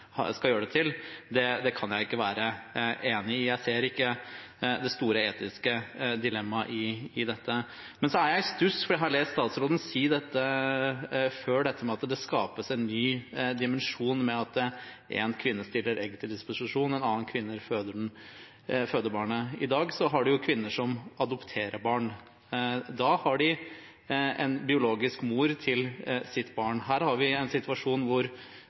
skal gjøre det til, kan jeg ikke være enig i at det er. Jeg ser ikke det store etiske dilemmaet i dette. Men så er jeg i stuss, for jeg har lest at statsråden har sagt før at det skapes en ny dimensjon ved at én kvinne stiller egg til disposisjon, en annen kvinne føder barnet. I dag har man kvinner som adopterer barn. Da har de en biologisk mor til sitt barn. Her har vi en situasjon